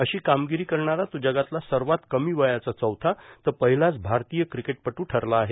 अशी कामगिरी करणारा तो जगातला सर्वात कमी वयाचा चौथा तर पहिलाच भारतीय क्रिकेटपटू ठरला आहे